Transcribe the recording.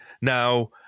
Now